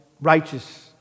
Righteous